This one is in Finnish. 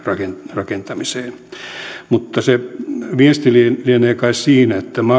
rakentamiseen mutta se viesti lienee kai siinä että maakaasuputken